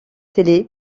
télé